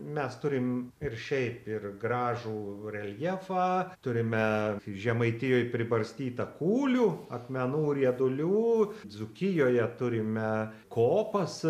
mes turim ir šiaip ir gražų reljefą turime žemaitijoj pribarstyta kūlių akmenų riedulių dzūkijoje turime kopas